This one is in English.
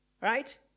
right